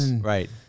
Right